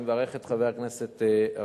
אני מברך את חבר הכנסת גפני,